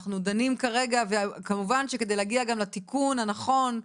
אנחנו דנים כרגע וכמובן שכדי להגיע גם לתיקון הנכון,